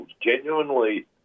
genuinely